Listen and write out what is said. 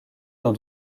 dans